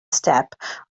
steppe